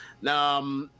Now